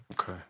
Okay